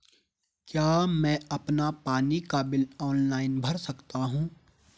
क्या मैं अपना पानी का बिल ऑनलाइन भर सकता हूँ?